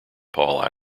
paul